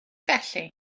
felly